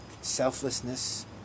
selflessness